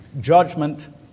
Judgment